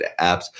apps